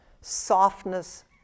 Softness